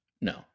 No